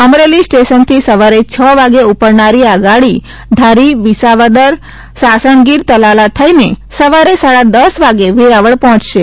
અમરેલી સ્ટેશનથી સવારે છ વાગે ઉપડનારી આ ગાડી ધારી વિસાવદર સાસણગીર તલાલા થઈને સવારે સાડા દશ વાગે વેરાવળ પહોંચશે